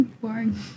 Boring